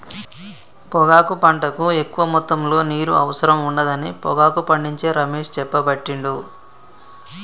పొగాకు పంటకు ఎక్కువ మొత్తములో నీరు అవసరం ఉండదని పొగాకు పండించే రమేష్ చెప్పబట్టిండు